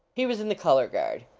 he was in the color guard.